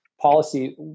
policy